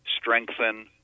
strengthen